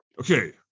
Okay